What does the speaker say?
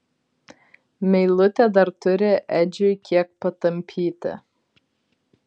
meilutė dar turi edžiui kiek patampyti